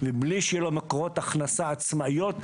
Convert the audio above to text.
מבלי שיהיה לו מקורות הכנסה עצמאיים,